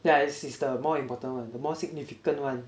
yeah yeah it's the more important [one] the more significant [one]